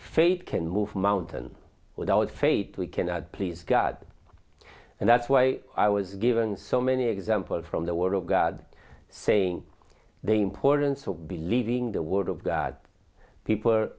faith can move mountains without faith we cannot please god and that's why i was given so many examples from the word of god saying they importance of believing the word of god people